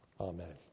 Amen